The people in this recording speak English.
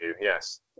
yes